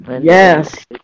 Yes